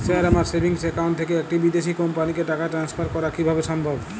Sir আমার savings account থেকে একটি বিদেশি কোম্পানিকে টাকা ট্রান্সফার করা কীভাবে সম্ভব?